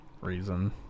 reason